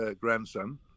grandson